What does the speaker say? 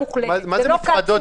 בשונה מרחוב, מכיכר העיר או מפארק.